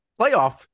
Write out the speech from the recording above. playoff